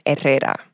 Herrera